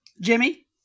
Jimmy